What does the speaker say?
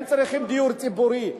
הם צריכים דיור ציבורי.